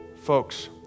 Folks